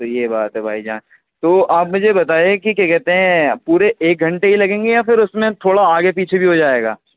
تو یہ بات ہے بھائی جان تو آپ مجھے یہ بتائیے کہ کیا کہتے ہیں پورے ایک گھنٹے کے لگیں گے یا پھر اس میں تھوڑا آگے پیچھے بھی ہوجائے گا